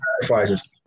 sacrifices